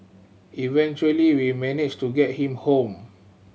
eventually we managed to get him home